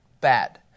bad